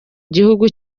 gihugu